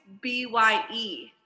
B-Y-E